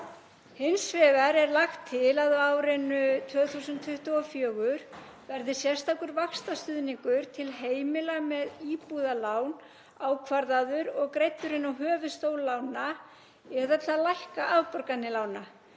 Hins vegar er lagt til að á árinu 2024 verði sérstakur vaxtastuðningur til heimila með íbúðalán ákvarðaður og greiddur inn á höfuðstól lána eða til að lækka afborganir lána.